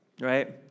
right